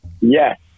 Yes